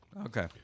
okay